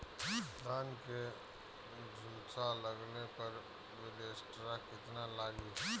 धान के झुलसा लगले पर विलेस्टरा कितना लागी?